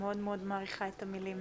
אני מאוד מאוד מעריכה את המילים.